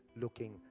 looking